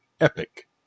Epic